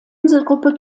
inselgruppe